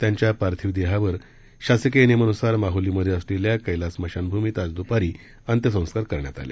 त्यांच्या पार्थिव देहावर शासकीय नियमानुसार माहुलीमध्ये असलेल्या कैलास स्मशान भूमीत आज दुपारी अंत्यसंस्कार करण्यात आले